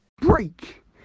Break